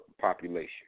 population